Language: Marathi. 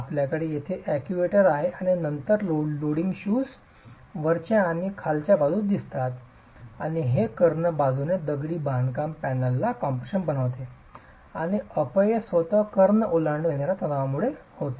आपल्याकडे तिथे अॅक्ट्यूएटर आहे आणि नंतर लोडिंग शूज वरच्या आणि खालच्या बाजूस दिसतात आणि हे कर्ण बाजूने दगडी बांधकाम पॅनेलला कॉम्प्रेशन बनवते आणि अपयश स्वतःच कर्ण ओलांडून येणाऱ्या तणावामुळे होते